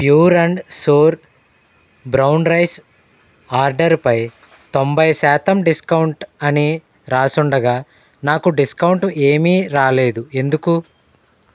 pure and sure brown rice ఆర్డర్పై తొంభై శాతం డిస్కౌంట్ అని రాసుండగా నాకు డిస్కౌంట్ ఏమీ రాలేదు ఎందుకు